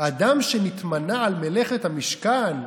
אדם שנתמנה על מלאכת המשכן,